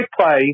play